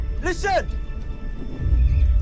Listen